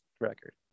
record